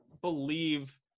believe